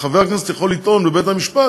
חבר הכנסת יכול לטעון בבית-המשפט